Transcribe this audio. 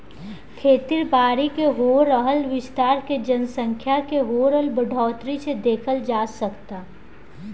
खेती बारी के हो रहल विस्तार के जनसँख्या के हो रहल बढ़ोतरी से देखल जा सकऽता